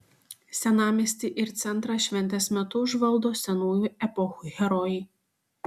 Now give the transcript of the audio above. senamiestį ir centrą šventės metu užvaldo senųjų epochų herojai